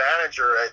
manager